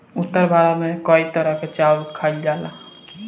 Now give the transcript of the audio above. उत्तर भारत में कई तरह के चावल खाईल जाला